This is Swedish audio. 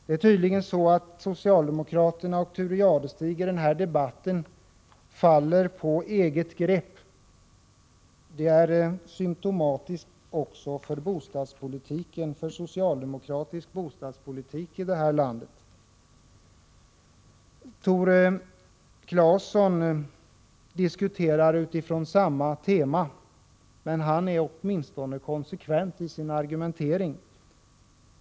Det är tydligen så att socialdemokraterna och Thure Jadestig i denna debatt faller på eget grepp, vilket också är symtomatiskt för socialdemokratisk bostadspolitik i det här landet. Tore Claeson diskuterar utifrån samma tema. Men han är åtminstone konsekvent i sin argumentering.